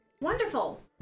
wonderful